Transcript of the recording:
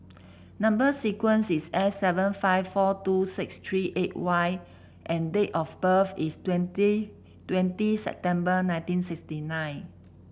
number sequence is S seven five four two six three eight Y and date of birth is twenty twenty September nineteen sixty nine